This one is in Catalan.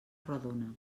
redona